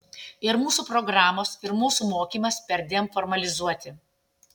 ir mūsų programos ir mūsų mokymas perdėm formalizuoti